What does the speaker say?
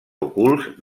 ocults